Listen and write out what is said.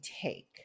take